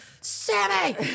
Sammy